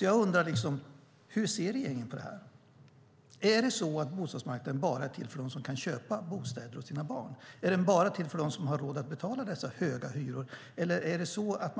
Jag undrar därför hur regeringen ser på det. Är bostadsmarknaden bara till för dem som kan köpa bostad åt sina barn? Är den bara till för dem som har råd att betala de höga hyrorna? Eller